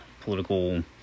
political